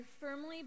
firmly